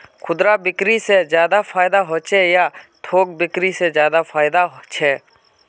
खुदरा बिक्री से ज्यादा फायदा होचे या थोक बिक्री से ज्यादा फायदा छे?